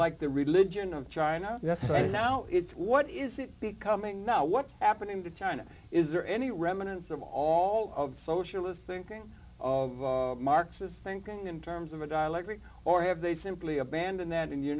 like the religion of china that's right now it's what is it becoming now what's happening to china is there any remnants of all of the socialist thinking of marxist thinking in terms of a dielectric or have they simply abandoned that and you